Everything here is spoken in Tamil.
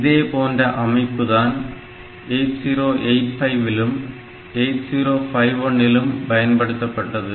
இதே போன்ற அமைப்புதான் 8085 இலும் 8051 இலும் பயன்படுத்தப்பட்டது